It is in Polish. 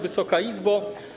Wysoka Izbo!